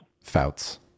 Fouts